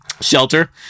shelter